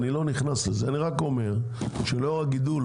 אני לא נכנס לזה אני רק אומר שלאור הגידול